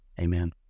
amen